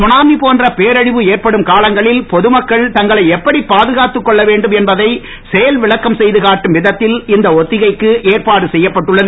tsunami போன்ற பேரழிவு ஏற்படும் காலங்களில் பொதுமக்கள் தங்களை எப்படி பாதுகாத்து கொள்ள வேண்டும் என்பதை செயல்விளக்கம் செய்து காட்டும் விதத்தில் இந்த ஒத்திகைக்கு ஏற்பாடு செய்யப்பட்டுள்ளது